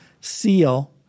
seal